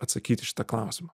atsakyt į šitą klausimą